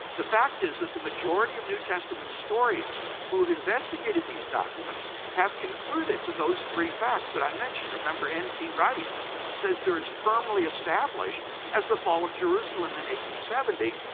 the fact is that the majority of new testament historians who have investigated these documents have concluded to those three facts that i mentioned. remember n. t. wright says they are as firmly established as the fall of jerusalem in ad seventy.